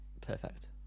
perfect